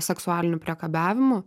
seksualiniu priekabiavimu